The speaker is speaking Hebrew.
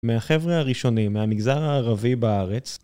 מהחבר'ה הראשונים מהמגזר הערבי בארץ.